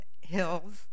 hills